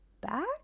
back